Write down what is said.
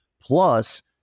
plus